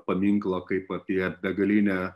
paminklą kaip apie begalinę